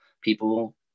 people